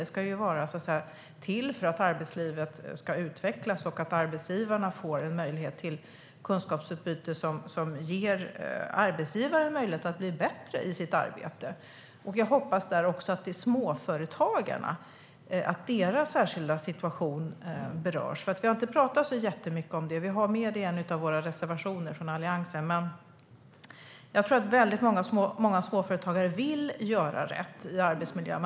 Forskningen ska ju vara till för att arbetslivet ska utvecklas och för att arbetsgivarna ska få en möjlighet till kunskapsutbyte så att de kan bli bättre. Jag hoppas att det är småföretagarnas särskilda situation som berörs. Vi har inte pratat så mycket om dem, men vi har med det i en av våra reservationer från Alliansen. Jag tror att många småföretagare vill göra rätt i arbetsmiljöarbetet.